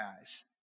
eyes